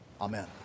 Amen